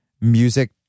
music